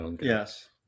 Yes